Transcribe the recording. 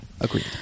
Agreed